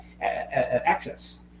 access